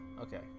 Okay